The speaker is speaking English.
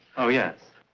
oh, yes.